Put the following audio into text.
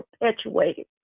perpetuated